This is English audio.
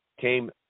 came